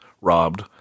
robbed